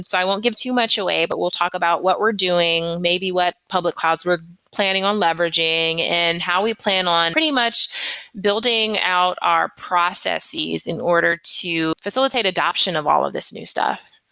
i won't give too much away, but we'll talk about what we're doing, maybe what public clouds were planning on leveraging and how we plan on pretty much building out our processes, in order to facilitate adoption of all of this new stuff